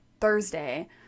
Thursday